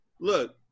Look